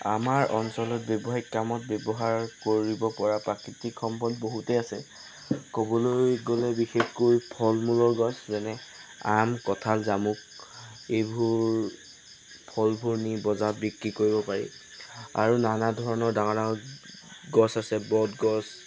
আমাৰ অঞ্চলত ব্যৱসায়ীক কামত ব্যৱহাৰ কৰিব পৰা প্ৰাকৃতিক সম্পদ বহুতেই আছে ক'বলৈ গ'লে বিশেষকৈ ফলমূলৰ গছ যেনে আম কঁঠাল জামুক এইবোৰ ফলবোৰ নি বজাৰত বিক্ৰী কৰিব পাৰি আৰু নানা ধৰণৰ ডাঙৰ ডাঙৰ গছ আছে বট গছ